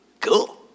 cool